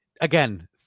again